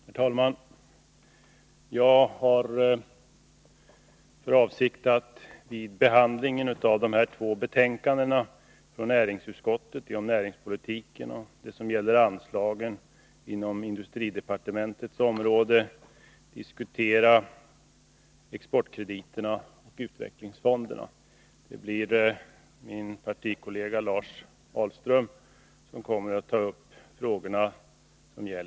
Herr talman! Jag har för avsikt att vid behandlingen av de här två betänkandena från näringsutskottet om näringspolitiken och om anslaget inom industridepartementets område diskutera exportkrediterna och utvecklingsfonderna. Det blir min partikollega Lars Ahlström som kommer att ta upp frågorna om STU.